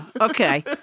Okay